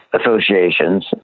associations